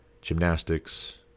Gymnastics